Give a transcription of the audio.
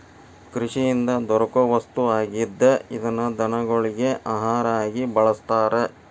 ಕೃಷಿಯಿಂದ ದೊರಕು ವಸ್ತು ಆಗಿದ್ದ ಇದನ್ನ ದನಗೊಳಗಿ ಆಹಾರಾ ಆಗಿ ಬಳಸ್ತಾರ